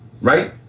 Right